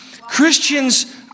Christians